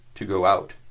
to go out.